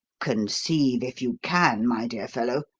conceive if you can, my dear fellow,